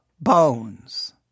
bones